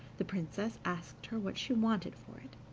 the princess asked her what she wanted for it,